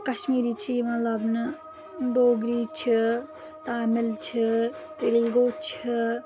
کشمیٖری چھِ یِوان لَبنہٕ ڈوگری چھِ تامِل چھِ تیلگو چھِ